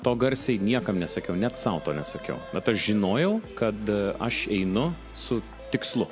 to garsiai niekam nesakiau net sau to nesakiau bet aš žinojau kad aš einu su tikslu